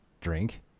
drink